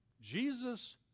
Jesus